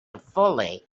fully